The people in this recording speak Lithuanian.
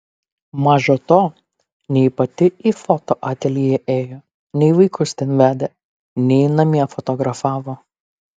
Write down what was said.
maža to nei pati į fotoateljė ėjo nei vaikus ten vedė nei namie fotografavo